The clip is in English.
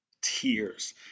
tears